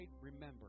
remember